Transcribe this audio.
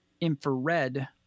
infrared